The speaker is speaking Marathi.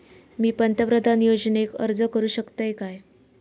मी पंतप्रधान योजनेक अर्ज करू शकतय काय?